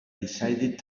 decided